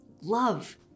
love